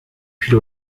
pull